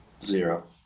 zero